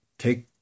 Take